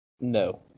no